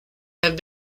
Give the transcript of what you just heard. have